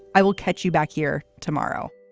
i will catch you back here tomorrow